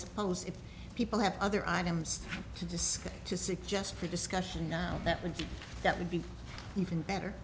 suppose if people have other items to discuss to suggest for discussion now that would that would be even better